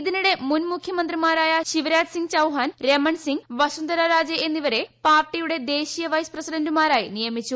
ഇതിനിടെ മുൻ മുഖ്യമന്ത്രിമാരായ ശിവരാജ് സിങ് ചൌഹാൻ രമൺ സിങ് വസുന്ധര രാജെ എന്നിവരെ പാർട്ടിയുടെ ദേശീയ വൈസ് പ്രസിഡന്റുമാരായി നിയമിച്ചു